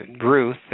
Ruth